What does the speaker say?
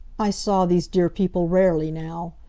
i saw these dear people rarely now.